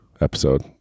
episode